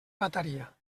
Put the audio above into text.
mataria